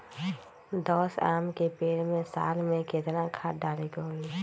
दस आम के पेड़ में साल में केतना खाद्य डाले के होई?